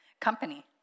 company